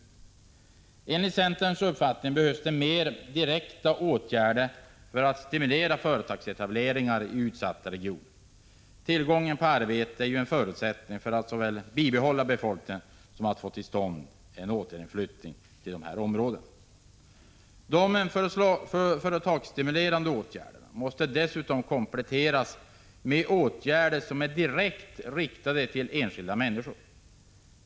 Enligt centerns uppfattning behövs det mer av direkta åtgärder för att stimulera företagsetableringar i utsatta regioner. Tillgång på arbete är en förutsättning såväl för att bibehålla befolkningstalen i dessa regioner som för att få till stånd en återflyttning till dem. De företagsstimulerande åtgärderna måste dessutom kompletteras med åtgärder som är direkt riktade till enskilda människor.